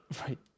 Right